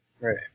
Right